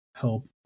help